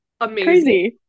amazing